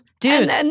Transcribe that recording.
Dudes